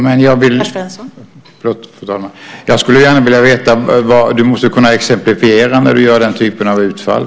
Fru talman! Du måste ju, Gustav Fridolin, kunna exemplifiera när du gör den typen av utfall.